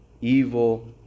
evil